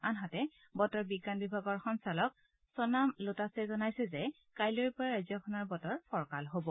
আনহাতে বতৰ বিজ্ঞান বিভাগৰ সঞ্চালক ছ'নাম ল'টাছে জনাইছে যে কাইলৈৰ পৰা ৰাজ্যখনৰ বতৰ ফৰকাৰ হ'ব